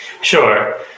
Sure